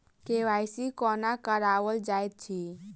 KYC कोना कराओल जाइत अछि?